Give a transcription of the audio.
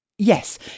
Yes